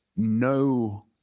no